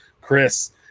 Chris